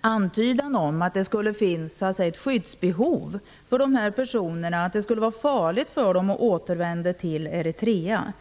antydan om att det skulle finnas ett skyddsbehov för dessa personer, att det skulle vara farligt för dem att återvända till Eritrea.